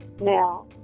now